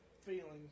feeling